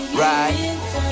Right